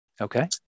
Okay